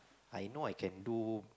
I know I can do